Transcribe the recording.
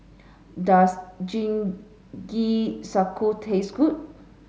does Jingisukan taste good